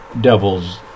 devil's